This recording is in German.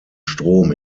strom